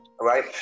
right